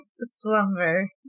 slumber